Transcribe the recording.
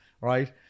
right